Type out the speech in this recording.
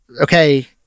okay